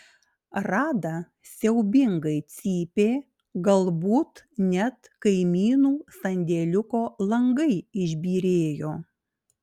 rada siaubingai cypė galbūt net kaimynų sandėliuko langai išbyrėjo